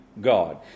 God